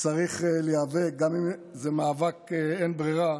צריך להיאבק, וגם אם זה מאבק אין-ברירה,